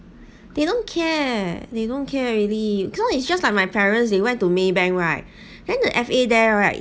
they don't care they don't care really cause it's just like my parents they went to maybank right then the F_A there right